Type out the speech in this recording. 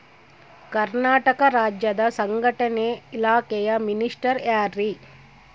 ಕರ್ನಾಟಕ ರಾಜ್ಯದ ಸಂಘಟನೆ ಇಲಾಖೆಯ ಮಿನಿಸ್ಟರ್ ಯಾರ್ರಿ?